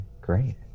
great